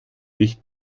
licht